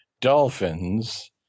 dolphins